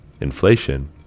inflation